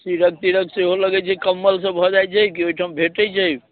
सीरक तीरक सेहो लगैत छै कम्मलसँ भऽ जाइत छै कि ओहिठाम भेटैत छै